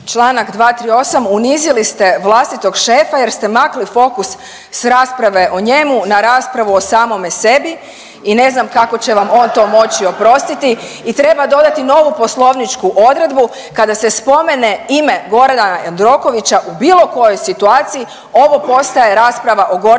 Članak 238. Unizili ste vlastitog šefa jer ste maknuli fokus s rasprave o njemu na raspravu o samome sebi i ne znam kako će vam on to moći oprostiti. I treba dodati novu poslovničku odredbu kada se spomene ime Gordana Jandrokovića u bilo kojoj situaciji ovo postaje rasprava o Gordanu